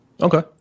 Okay